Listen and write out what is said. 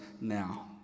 now